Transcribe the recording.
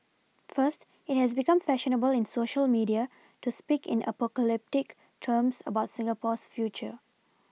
first it has become fashionable in Social media to speak in apocalyptic terms about Singapore's future